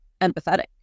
empathetic